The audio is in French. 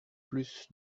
plus